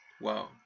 Wow